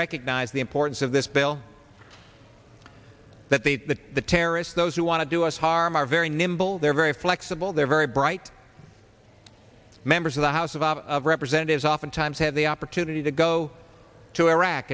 recognized the importance of this bill that the that the terrorists those who want to do us harm are very nimble they're very flexible they're very bright members of the house of representatives oftentimes have the opportunity to go to iraq